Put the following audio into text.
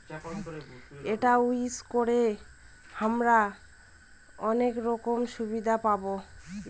এটা ইউজ করে হামরা অনেক রকম সুবিধা পাবো